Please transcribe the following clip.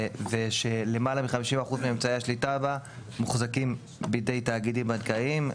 ושלמעלה מ-50% מאמצעי השליטה בה מוחזקים בידי תאגידים בנקאיים,